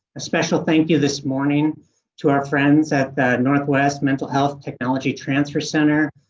a special thank you this morning to our friends at the northwest mental health technology transfer center.